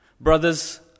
Brothers